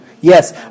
Yes